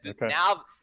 Now